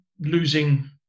losing